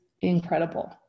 incredible